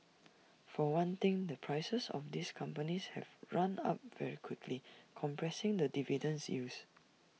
for one thing the prices of these companies have run up very quickly compressing the dividend yields